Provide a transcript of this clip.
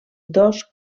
dos